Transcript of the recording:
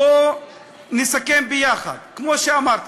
בוא נסכם ביחד, כמו שאמרת,